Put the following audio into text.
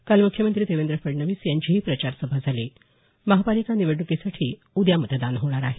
काल मुख्यमंत्री देवेंद्र फडणवीस यांचीही प्रचार सभा झाली महापालिका निवडणुकीसाठी उद्या मतदान होणार आहे